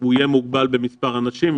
הוא יהיה מוגבל במספר אנשים,